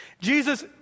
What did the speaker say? Jesus